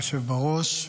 היושב בראש,